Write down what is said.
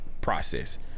process